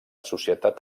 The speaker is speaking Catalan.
societat